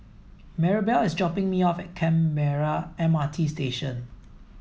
Marybelle is dropping me off at Canberra M R T Station